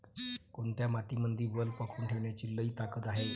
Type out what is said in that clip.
कोनत्या मातीमंदी वल पकडून ठेवण्याची लई ताकद हाये?